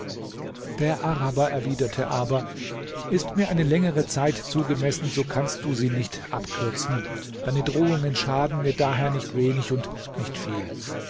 der araber erwiderte aber ist mir eine längere zeit zugemessen so kannst du sie nicht abkürzen deine drohungen schaden mir daher nicht wenig und nicht viel